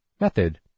Method